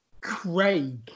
Craig